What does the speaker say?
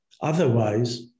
Otherwise